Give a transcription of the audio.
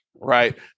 right